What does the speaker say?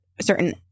certain